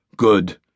Good